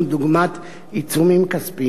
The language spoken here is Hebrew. דוגמת עיצומים כספיים.